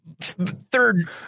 third